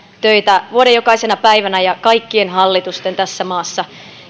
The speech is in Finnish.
töitä vuoden jokaisena päivänä ja kaikkien hallitusten tässä maassa